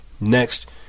Next